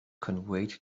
conveyed